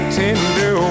tender